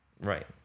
Right